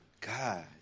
God